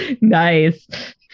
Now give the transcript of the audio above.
nice